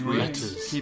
letters